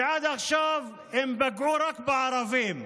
שעד עכשיו הם פגעו רק בערבים,